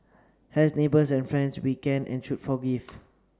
as neighbours and friends we can and should forgive